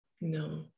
No